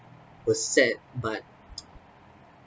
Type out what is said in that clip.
was sad but